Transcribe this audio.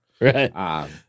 Right